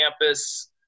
campus